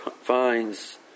finds